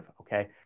okay